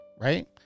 right